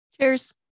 Cheers